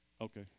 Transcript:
Okay